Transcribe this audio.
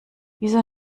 wieso